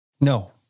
No